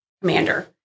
Commander